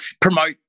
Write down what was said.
promote